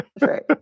Right